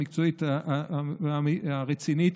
המקצועית והרצינית,